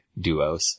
duos